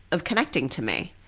of connecting to me.